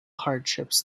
hardships